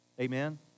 Amen